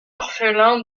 orphelin